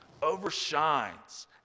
overshines